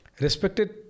respected